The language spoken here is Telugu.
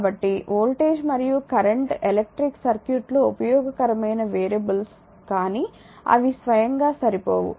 కాబట్టి వోల్టేజ్ మరియు కరెంట్ ఎలక్ట్రిక్ సర్క్యూట్లో ఉపయోగకరమైన వేరియబుల్స్ కానీ అవి స్వయంగా సరిపోవు